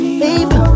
baby